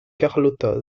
carlotta